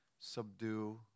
Subdue